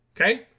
okay